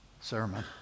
sermon